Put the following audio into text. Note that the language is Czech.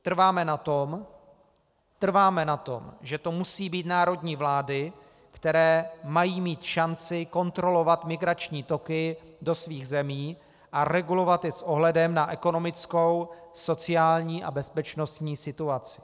Trváme na tom, že to musí být národní vlády, které mají mít šanci kontrolovat migrační toky do svých zemí a regulovat je s ohledem na ekonomickou, sociální a bezpečnostní situaci.